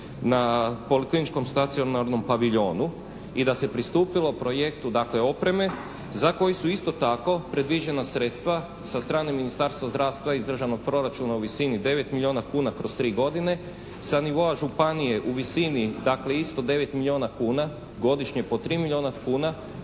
na polikliničkom stacionarnom paviljonu i da se pristupilo projektu dakle opreme za koju su isto tako predviđena sredstva sa strane Ministarstva zdravstva iz državnog proračuna u visini 9 milijuna kuna kroz 3 godine, sa nivoa županije u visini dakle isto 9 milijuna kuna godišnje po 3 milijuna kuna,